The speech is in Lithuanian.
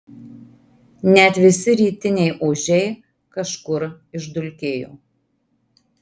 net visi rytiniai ožiai kažkur išdulkėjo